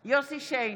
בהצבעה יוסף שיין,